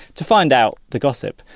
to find out the gossip.